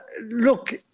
look